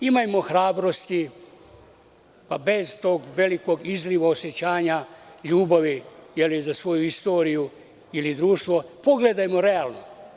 Imajmo hrabrosti, pa bez tog velikog izliva osećanja ljubavi za svoju istoriju ili društvo, pogledajmo realno.